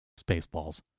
Spaceballs